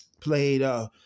played